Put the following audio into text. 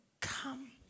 come